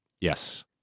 Yes